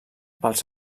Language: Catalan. pels